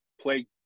play